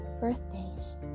birthdays